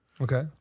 Okay